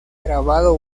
grabado